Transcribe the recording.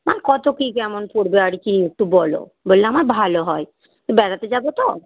আমার কত কী কেমন পড়বে আর কি একটু বলো বললে আমার ভালো হয় বেড়াতে যাব তো